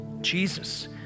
Jesus